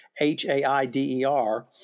H-A-I-D-E-R